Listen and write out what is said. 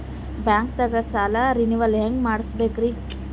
ಬ್ಯಾಂಕ್ದಾಗ ಸಾಲ ರೇನೆವಲ್ ಹೆಂಗ್ ಮಾಡ್ಸಬೇಕರಿ?